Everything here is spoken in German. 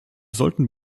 sollten